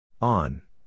On